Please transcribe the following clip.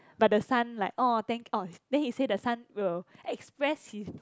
but the son like orh thank orh then he say the son will express his